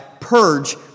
Purge